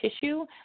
tissue